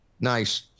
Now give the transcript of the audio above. Nice